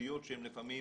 בתשתיות שלפעמים